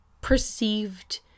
perceived